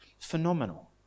phenomenal